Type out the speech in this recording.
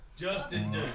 Justin